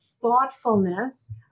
thoughtfulness